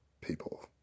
People